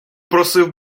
просив